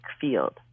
field